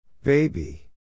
Baby